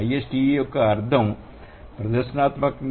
I s t e యొక్క అర్థం ప్రదర్శనాత్మకంగా